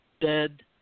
dead